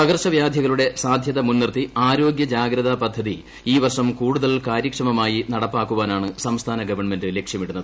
പകർച്ചവ്യാധികളുടെ സാധ്യത മുൻനിർത്തി ആരോഗ്യ ജാഗ്രത പദ്ധതി ഈ വർഷം കൂടുതൽ കാര്യക്ഷമമായി നടപ്പാക്കാനാണ് സംസ്ഥാന ഗവൺമെന്റ് ലക്ഷ്യമിടുന്നത്